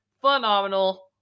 phenomenal